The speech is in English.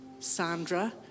Sandra